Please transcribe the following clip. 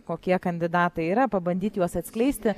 kokie kandidatai yra pabandyti juos atskleisti